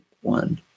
one